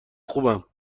خوبم